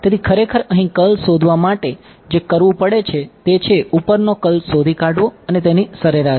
તેથી ખરેખર અહીં કર્લ શોધવા માટે જે કરવું પડશે તે છે ઉપરનો કર્લ શોધી કાઢવો અને તેની સરેરાશ લો